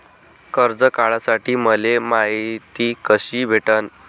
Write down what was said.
कर्ज काढासाठी मले मायती कशी भेटन?